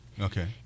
okay